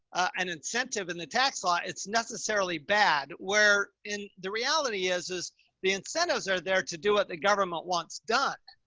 an incentive in the tax law, it's necessarily bad, where in the reality is, is the incentives are there to do what the government wants done.